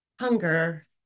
hunger